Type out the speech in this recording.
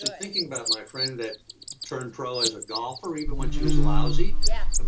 thinking about my friend that turned pro as a golfer even when she was lousy, yeah um